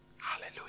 Hallelujah